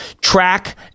track